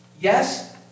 Yes